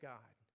God